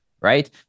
Right